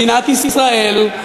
מדינת ישראל.